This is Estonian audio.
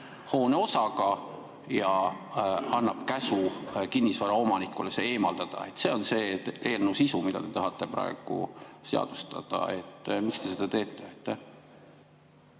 hoone osaga, ja annab käsu kinnisvaraomanikule see eemaldada. See on eelnõu sisu, mida te tahate praegu seadustada. Miks te seda teete?